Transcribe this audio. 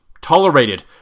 tolerated